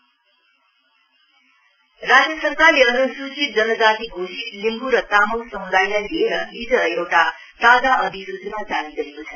notification राज्य सरकारले अनुसूचित जनजाति घोषित लिम्बु र तामाङ समुदायलाई लिएर हिज एउटा ताजा अधिसूचना जारी गरेको छ